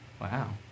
Wow